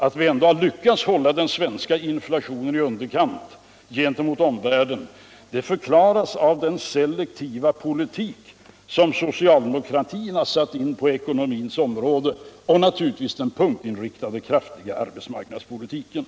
Alt vi ändå lyckats hålta den svenska inflationen i underkant gentemot omvärlden förklaras av den selektiva politik som socialdemokratin satt in på eckonomins område och naturligtvis av den punktinriktade kraftiga arbetsmarknadspolitiken.